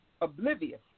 oblivious